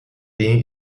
been